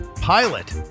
pilot